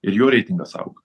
ir jo reitingas auga